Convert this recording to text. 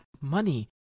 money